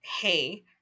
Hey